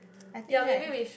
I think right